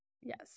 Yes